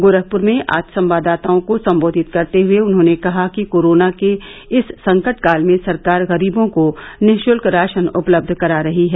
गोरखपुर में आज संवाददाताओं को संबोधित करते हुए उन्होंने कहा कि कोरोना के इस संकटकाल में सरकार गरीबों को निःश्ल्क राशन उपलब्ध करा रही है